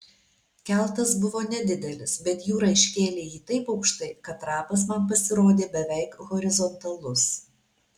keltas buvo nedidelis bet jūra iškėlė jį taip aukštai kad trapas man pasirodė beveik horizontalus